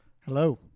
Hello